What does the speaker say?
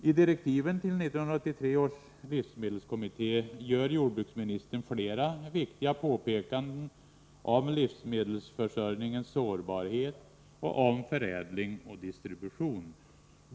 I direktiven till 1983 års livsmedelskommitté gör jordbruksministern flera viktiga påpekanden om livsmedelsförsörjningens sårbarhet och om förädling och distribution.